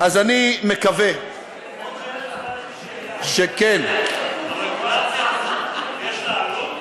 אז אני מקווה שכן, שאלה, יש לה עלות?